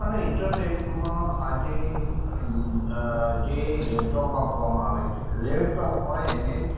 અને ઇન્ટરનેટમાં આજે અ જે લૅપટૉપ આપવામાં આવે છે લૅપટોપમાં એને